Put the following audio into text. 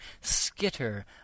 skitter